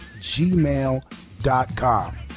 gmail.com